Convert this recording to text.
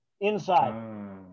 inside